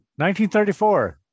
1934